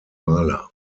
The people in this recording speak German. maler